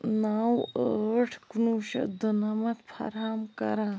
نَو ٲٹھ کُنوُہ شٮ۪تھ دُنَمتھ فراہم کَران